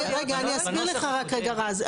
אני אסביר לך, רק רגע רז.